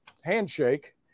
handshake